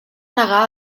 negar